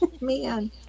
man